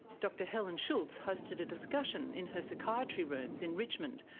dr helen schultz hosted a discussion in her psychiatry rooms in richmond,